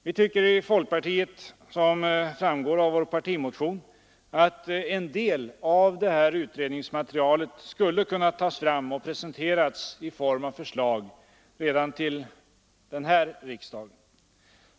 Som framgår av vår partimotion tycker vi i folkpartiet att en del av utredningsmaterialet hade kunnat tas fram och presenterats i form av förslag redan till årets riksdag.